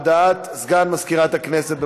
הודעת סגן מזכירת הכנסת.